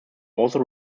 also